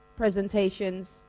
presentations